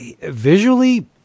visually